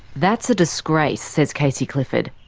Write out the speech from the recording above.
that's a disgrace, says kacey clifford.